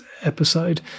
episode